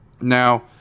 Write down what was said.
Now